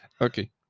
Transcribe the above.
Okay